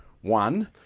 one